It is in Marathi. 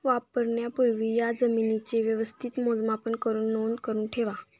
वापरण्यापूर्वी या जमीनेचे व्यवस्थित मोजमाप करुन नोंद करुन ठेवा